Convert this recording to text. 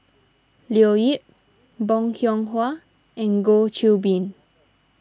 Leo Yip Bong Hiong Hwa and Goh Qiu Bin